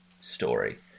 story